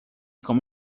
como